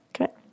okay